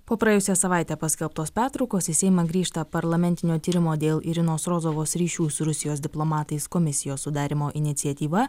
po praėjusią savaitę paskelbtos pertraukos į seimą grįžta parlamentinio tyrimo dėl irinos rozovos ryšių su rusijos diplomatais komisijos sudarymo iniciatyva